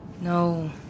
No